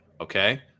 Okay